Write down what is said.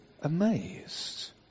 amazed